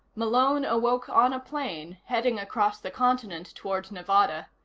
malone awoke on a plane, heading across the continent toward nevada.